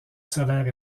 solaire